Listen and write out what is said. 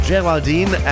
Geraldine